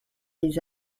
les